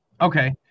Okay